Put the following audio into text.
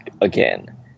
again